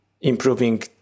improving